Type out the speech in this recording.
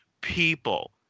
People